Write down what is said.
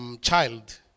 child